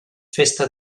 festa